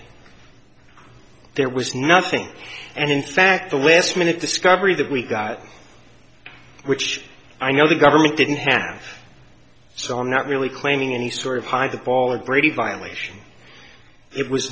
d there was nothing and in fact the last minute discovery that we got which i know the government didn't have so i'm not really claiming any sort of hide the ball of brady violation it was